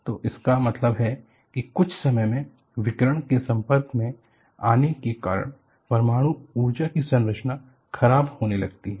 तो इसका मतलब है कि कुछ समय में विकिरण के संपर्क में आने के कारण परमाणु ऊर्जा की संरचना खराब होने लगती है